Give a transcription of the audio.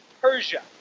Persia